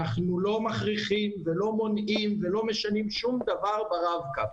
אנחנו לא מכריחים ולא מונעים ולא משנים שום דבר ברב-קו.